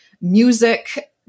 music